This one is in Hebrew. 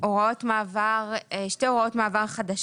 שתי הוראות מעבר חדש.